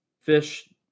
fish